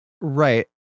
Right